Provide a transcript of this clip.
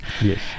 Yes